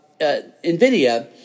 Nvidia